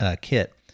kit